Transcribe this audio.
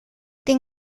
den